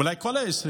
אולי את כל ה-20.